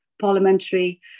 parliamentary